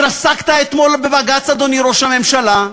התרסקת אתמול בבג"ץ, אדוני ראש הממשלה,